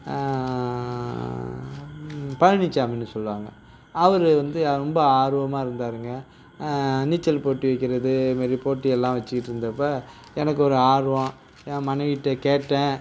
பழனிச்சாமின்னு சொல்லுவாங்கள் அவரு வந்து ரொம்ப ஆர்வமாக இருந்தாருங்க நீச்சல் போட்டி வைக்கறது இது மாதிரி போட்டி எல்லா வச்சிட்டிருந்தப்ப எனக்கு ஒரு ஆர்வம் என் மனைவிகிட்ட கேட்டேன்